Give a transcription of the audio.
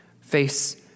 face